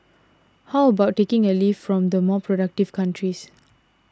how about taking a leaf from the more productive countries